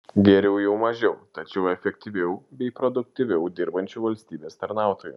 geriau jau mažiau tačiau efektyviau bei produktyviau dirbančių valstybės tarnautojų